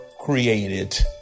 created